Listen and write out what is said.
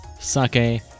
sake